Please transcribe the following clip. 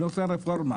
אני רוצה רפורמה',